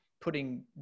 putting